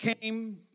came